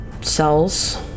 cells